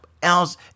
Else